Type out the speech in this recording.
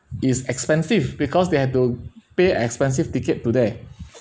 is expensive because they have to pay expensive ticket today